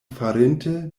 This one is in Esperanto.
farinte